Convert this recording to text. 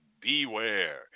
beware